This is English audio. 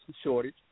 shortage